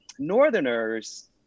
northerners